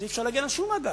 אז אי-אפשר להגן על שום מאגר,